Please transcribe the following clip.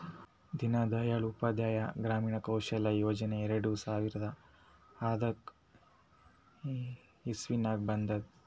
ದೀನ್ ದಯಾಳ್ ಉಪಾಧ್ಯಾಯ ಗ್ರಾಮೀಣ ಕೌಶಲ್ಯ ಯೋಜನಾ ಎರಡು ಸಾವಿರದ ಹದ್ನಾಕ್ ಇಸ್ವಿನಾಗ್ ಬಂದುದ್